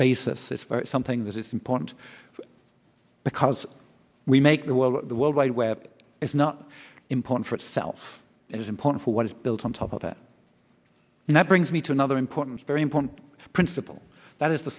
basis is something that is important because we make the world the world wide web it is not important for itself it is important for what is built on top of that and that brings me to another important very important principle that is the